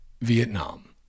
Vietnam